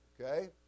okay